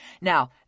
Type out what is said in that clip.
Now